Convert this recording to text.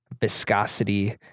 viscosity